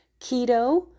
keto